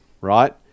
right